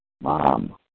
Mom